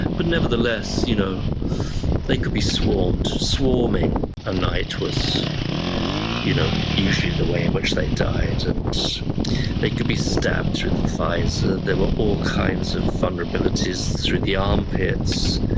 but nevertheless, you know they could be swarmed. swarming a knight was you know usually the way in which they died and they could be stabbed through the thighs. ah there were all kinds of vulnerabilities, through the armpits,